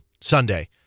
Sunday